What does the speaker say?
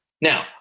Now